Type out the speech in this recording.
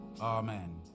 Amen